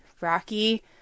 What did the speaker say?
Rocky